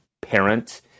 parent